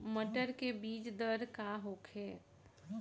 मटर के बीज दर का होखे?